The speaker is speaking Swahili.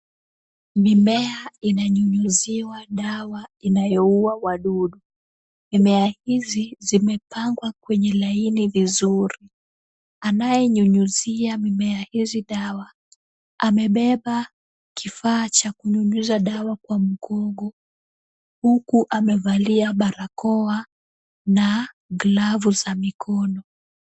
Mimea inanyunyuziwa dawa inayoua wadudu. Mimea hizi zimepangwa kwenye laini vizuri. Anayenyunyuzia mimea hizi dawa , amebeba kifaa cha kunyunyuza dawa kwa mgongo huku amevalia barakoa na glavu za mikono.